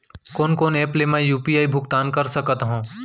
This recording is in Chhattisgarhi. कोन कोन एप ले मैं यू.पी.आई भुगतान कर सकत हओं?